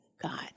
God